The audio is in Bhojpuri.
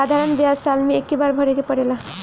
साधारण ब्याज साल मे एक्के बार भरे के पड़ेला